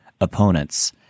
opponents